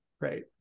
right